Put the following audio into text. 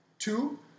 Two